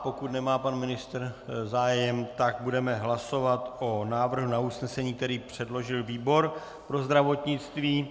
Pokud nemá pan ministr zájem, tak budeme hlasovat o návrhu na usnesení, který předložil výbor pro zdravotnictví.